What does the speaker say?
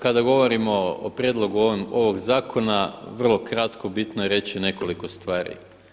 Kada govorimo o prijedlogu ovog zakona vrlo kratko, bitno je reći nekoliko stvari.